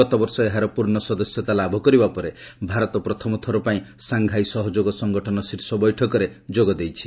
ଗତବର୍ଷ ଏହାର ପୂର୍ଣ୍ଣ ସଦସ୍ୟତା ଲାଭ କରିବା ପରେ ଭାରତ ପ୍ରଥମଥର ପାଇଁ ସାଂଘାଇ ସହଯୋଗ ସଂଗଠନ ଶୀର୍ଷ ବୈଠକରେ ଯୋଗ ଦେଇଛି